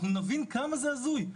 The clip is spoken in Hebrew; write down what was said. אנחנו נבין כמה זה הזוי.